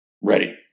Ready